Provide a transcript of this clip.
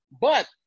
but-